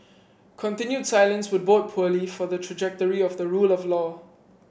continued silence would bode poorly for the trajectory of the rule of law